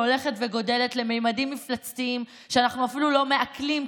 שהולכת וגדלה לממדים מפלצתיים שאנחנו אפילו לא מעכלים,